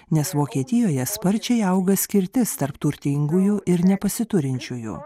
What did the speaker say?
nes vokietijoje sparčiai auga skirtis tarp turtingųjų ir nepasiturinčiųjų